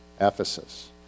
Ephesus